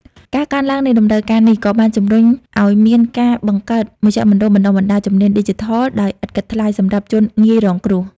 ការកើនឡើងនៃតម្រូវការនេះក៏បានជំរុញឱ្យមានការបង្កើតមជ្ឈមណ្ឌលបណ្តុះបណ្តាលជំនាញឌីជីថលដោយឥតគិតថ្លៃសម្រាប់ជនងាយរងគ្រោះ។